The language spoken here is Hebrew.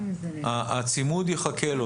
הצימוד יחכה לו.